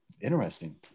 interesting